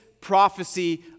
prophecy